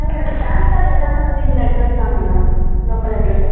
ma'am என்னோடய PAN card எல்லாமே வந்து இந்த அட்ரஸ் தான் மேடம் லோக்கல் அட்ரஸ்